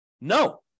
No